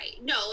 No